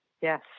Yes